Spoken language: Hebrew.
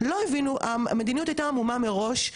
ככה שהביטוח הלאומי אמר מפורשות,